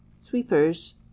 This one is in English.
Sweepers